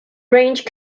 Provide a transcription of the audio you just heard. range